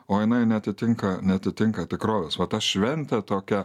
o jinai neatitinka neatitinka tikrovės va ta šventė tokia